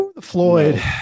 Floyd